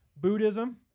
Buddhism